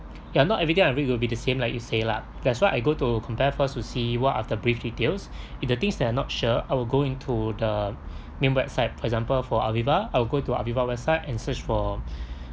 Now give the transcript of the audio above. ya not everything I read will be the same like you say lah that's why I go to comparefirst to see what are the brief details if the things that are not sure I will go into the main website for example for aviva I will go to aviva website and search for